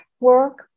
work